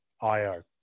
IO